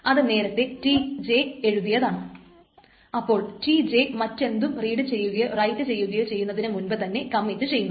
അത് നേരത്തെ Tj എഴുതിയതാണ് അപ്പോൾ Tj മറ്റെന്തും റീഡ് ചെയ്യുകയോ റൈറ്റ് ചെയ്യുകയോ ചെയ്യുന്നതിനു മുൻപു തന്നെ കമ്മിറ്റ് ചെയ്യുന്നു